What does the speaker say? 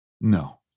No